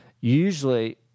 Usually